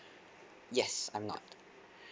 yes I'm not